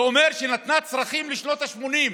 זה אומר שהיא נתנה צרכים לשנות השמונים,